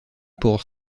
pour